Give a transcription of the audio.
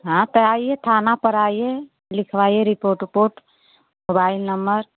हाँ तो आइए थाना पर आइए लिखवाइए रिपोर्ट विपोर्ट मोबाइल नम्बर